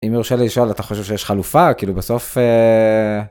אם יורשה לי לשאול אתה חושב שיש חלופה כאילו בסוף אאא....